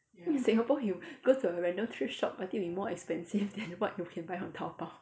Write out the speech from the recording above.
singapore you go to a random thrift shop I think will be more expensive than what you can buy on taobao